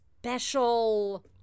special